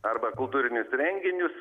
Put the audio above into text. arba kultūrinius renginius